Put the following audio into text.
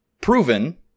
Proven